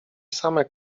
same